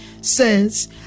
says